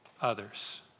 others